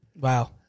Wow